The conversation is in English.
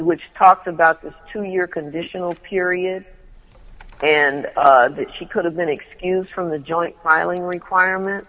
which talked about the two year conditional period and that she could have been excused from the joint piling requirement